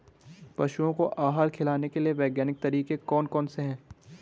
पशुओं को आहार खिलाने के लिए वैज्ञानिक तरीके कौन कौन से हैं?